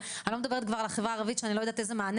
אני לא מדברת כבר על החברה הערבית שאני לא יודעת כבר איזה מענה